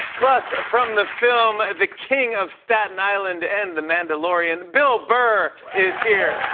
plus, from the film the king of staten island and the mandalorian, bill burr is here.